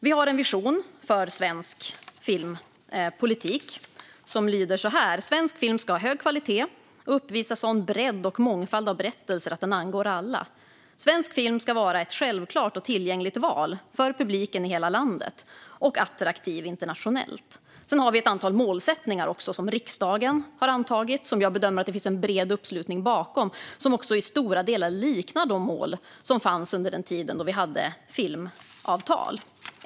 Vi har en vision för svensk filmpolitik som lyder så här: "Svensk film ska ha hög kvalitet och uppvisa sådan bredd och mångfald av berättelser att den angår alla. Svensk film ska vara ett självklart och tillgängligt val för publiken i hela landet och attraktiv internationellt." Vi har också ett antal målsättningar som riksdagen har antagit och som jag bedömer att det finns bred uppslutning bakom. De liknar i stora delar de mål som fanns under den tid då vi hade filmavtal.